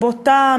בוטה,